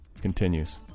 Continues